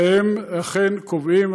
והם אכן קובעים,